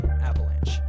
avalanche